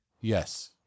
Yes